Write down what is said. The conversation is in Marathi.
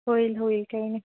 होईल होईल काही नाही